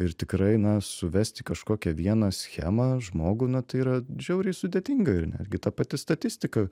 ir tikrai na suvest į kažkokią vieną schemą žmogų na tai yra žiauriai sudėtinga ir netgi ta pati statistika